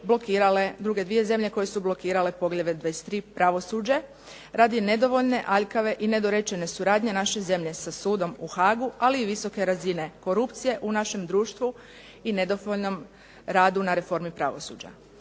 druge 2 zemlje koje su blokirale Poglavlje 23. – Pravosuđe radi nedovoljne, aljkave i nedorečene suradnje naše zemlje sa sudom u Haagu, ali i visoke razine korupcije u našem društvu i nedovoljnom radu na reformi pravosuđa.